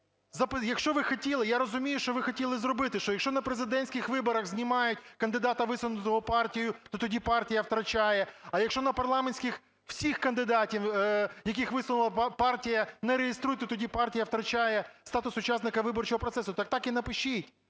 Я розумію, що ви хотіли зробити. Що якщо на президентських виборах знімають кандидата, висунутого партією, то тоді партія втрачає. А якщо на парламентських всіх кандидатів, яких висунула партія, не реєструють, то тоді партія втрачає статус учасника виборчого процесу. То так і напишіть.